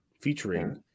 featuring